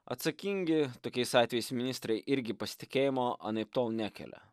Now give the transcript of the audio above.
atsakingi tokiais atvejais ministrai irgi pasitikėjimo anaiptol nekelia